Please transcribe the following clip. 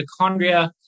mitochondria